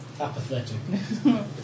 Apathetic